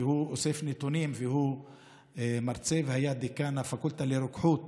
שאוסף נתונים והוא מרצה והיה דיקן הפקולטה לרוקחות